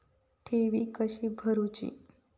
ठेवी कशी भरूची?